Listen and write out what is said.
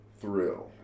thrill